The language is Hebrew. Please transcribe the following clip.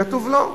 כתוב: לא.